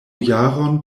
jaron